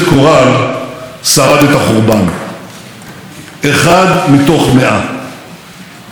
אחד מתוך 100. כשעמדתי שם עם רעייתי,